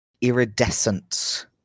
iridescent